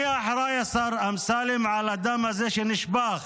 מי אחראי, השר אמסלם, לדם הזה שנשפך?